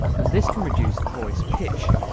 and this can reduce voice pitch.